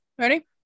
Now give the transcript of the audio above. ready